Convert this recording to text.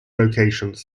locations